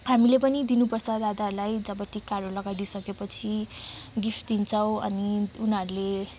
हामीले पनि दिनुपर्छ दादाहरूलाई जब टिकाहरू लगाइदिई सकेपछि गिफ्ट दिन्छौँ अनि उनीहरूले